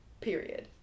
Period